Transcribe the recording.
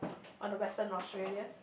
on the western Australia